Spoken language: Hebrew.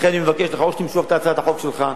לכן אני מבקש ממך: או שתמשוך את הצעת החוק שלך,